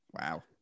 Wow